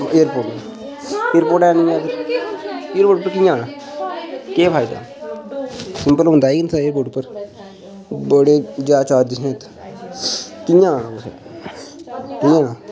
airport airport ऐ निं ऐ इद्धर एयरपोर्ट पर कि'यां आना केह् फायदा बलोंदा निं इ'त्थें एयरपोर्ट पर बड़े जादा चार्जस न इ'त्थें कि'यां आना कुसै कि'यां आना